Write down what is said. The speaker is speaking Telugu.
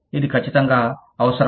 ఇది ఖచ్చితంగా అవసరం